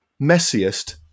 messiest